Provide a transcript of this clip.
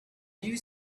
you